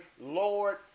Lord